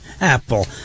Apple